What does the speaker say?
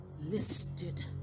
listed